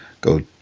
go